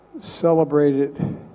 celebrated